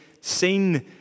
seen